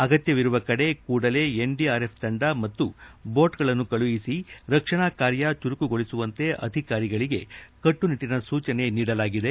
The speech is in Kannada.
ಅಗತ್ಯವಿರುವ ಕಡೆಗಳಲ್ಲಿ ಕೂಡಲೇ ಎನ್ಡಿಆರ್ಎಫ್ ತಂಡ ಮತ್ತು ಬೋಟ್ಗಳನ್ನು ಕಳುಹಿಸಿ ರಕ್ಷಣಾ ಕಾರ್ಯ ಚುರುಕುಗೊಳಿಸುವಂತೆ ಅಧಿಕಾರಿಗಳಿಗೆ ಕಟ್ಟುನಿಟ್ಟಿನ ಸೂಚನೆ ನೀಡಲಾಗಿದೆ